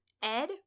Ed